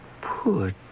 poor